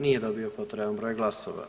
Nije dobio potreban broj glasova.